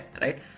right